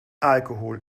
alkohol